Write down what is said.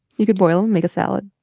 you could boil make a salad.